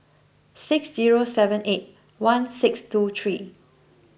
six zero seven eight one six two three